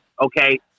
okay